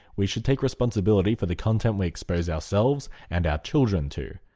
we should take responsibility for the content we expose ourselves and our children to.